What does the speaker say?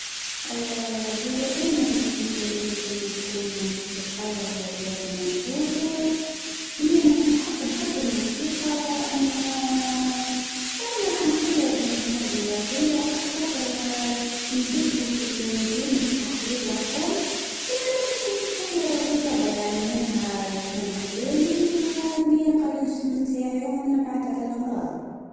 اه هو انا راني صغير الموسيقى يعني هاكا واحد عندو شوية صوته مليح اما الراس معاه وانا ما نعرف نرسم وما نحبش نرسم صح نحب الصور الله غالب راه الماهد تاع الراس ماعنديش المساحة الغناء يعني حنا الشباب